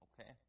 Okay